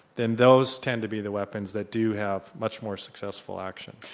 then those tend to be the weapons that do have much more successful action.